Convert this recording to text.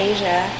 Asia